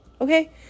Okay